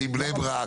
בני ברק,